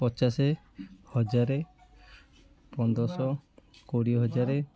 ପଚାଶ ହଜାର ପନ୍ଦର ଶହ କୋଡ଼ିଏ ହଜାର